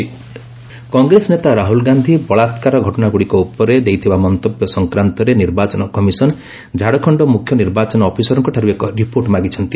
EC CEO Rahul Congress ନେତା ରାହୁଳ ଗାନ୍ଧୀ ବଳାକ୍କାର ଘଟଣାଗୁଡ଼ିକ ଉପରେ ଦେଇଥିବା ମନ୍ତବ୍ୟ ସଂକ୍ରାନ୍ତରେ ନିର୍ବାଚନ କମିଶନ ଝାଡ଼ଖଣ୍ଡ ମୁଖ୍ୟ ନିର୍ବାଚନ ଅଫିସରଙ୍କଠାରୁ ଏକ ରିପୋର୍ଟ ମାଗିଛନ୍ତି